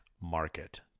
market